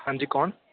ਹਾਂਜੀ ਕੌਣ